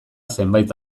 zenbait